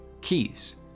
keys